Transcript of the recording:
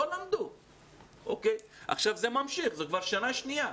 זה ממשיך, זה כבר שנה שנייה.